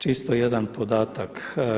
Čisto jedan podatak.